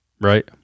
right